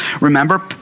Remember